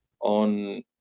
on